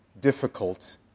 difficult